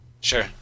Sure